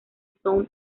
zone